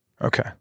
Okay